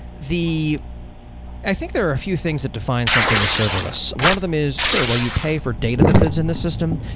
i think there are a few things that define something as serverless. one of them is, sure, well you pay for data that lives in the system,